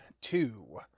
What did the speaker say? two